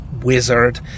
wizard